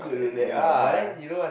ya